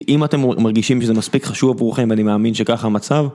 אם אתם מרגישים שזה מספיק חשוב עבורכם ואני מאמין שככה המצב.